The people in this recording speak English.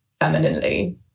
femininely